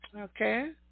Okay